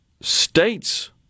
states